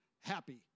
happy